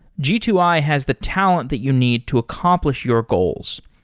g two i has the talent that you need to accomplish your goals.